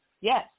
Yes